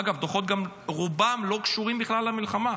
אגב, הדוחות, רובם לא קשורים למלחמה.